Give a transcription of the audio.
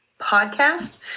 Podcast